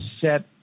set